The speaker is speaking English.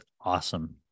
awesome